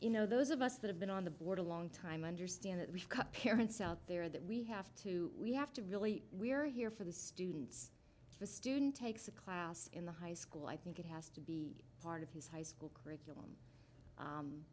you know those of us that have been on the board a long time understand that we've cut parents out there that we have to we have to really we're here for the students the student takes a class in the high school i think it has to be part of his high school c